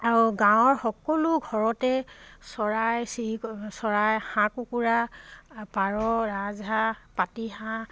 আও গাঁৱৰ সকলো ঘৰতে চৰাই চিৰিকতি চৰাই হাঁহ কুকুৰা পাৰ ৰাজহাঁহ পতিহাঁহ